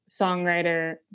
songwriter